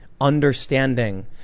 understanding